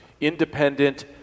independent